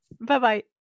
Bye-bye